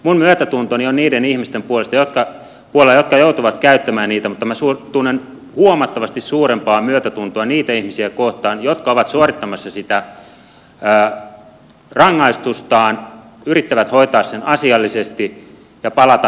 minun myötätuntoni on niiden ihmisten puolella jotka joutuvat käyttämään niitä mutta minä tunnen huomattavasti suurempaa myötätuntoa niitä ihmisiä kohtaan jotka ovat suorittamassa sitä rangaistustaan yrittävät hoitaa sen asiallisesti ja palata normaaliin elämään